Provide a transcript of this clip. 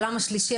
למגזר השלישי: